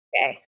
okay